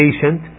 patient